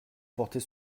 porter